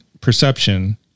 perception